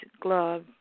glove